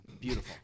Beautiful